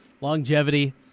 Longevity